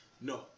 No